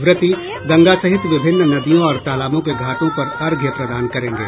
व्रती गंगा सहित विभिन्न नदियों और तालाबों के घाटों पर अर्घ्य प्रदान करेंगे